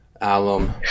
alum